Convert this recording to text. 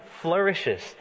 flourishes